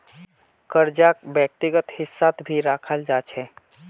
कर्जाक व्यक्तिगत हिस्सात भी रखाल जा छे